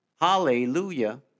Hallelujah